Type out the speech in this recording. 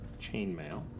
chainmail